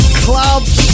clubs